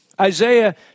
Isaiah